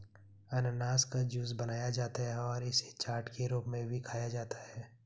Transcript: अनन्नास का जूस बनाया जाता है और इसे चाट के रूप में भी खाया जाता है